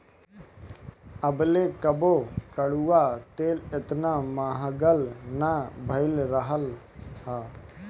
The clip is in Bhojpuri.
अबले कबो कड़ुआ तेल एतना महंग ना भईल रहल हअ